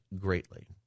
greatly